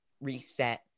reset